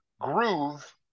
groove